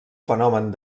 fenomen